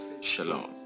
Shalom